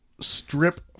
strip